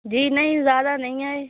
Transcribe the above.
جی نہیں زیادہ نہیں ہے